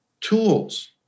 tools